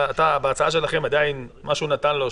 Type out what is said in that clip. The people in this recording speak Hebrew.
בהצעה שלכם עדיין מה שהוא נתן לו,